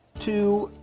two,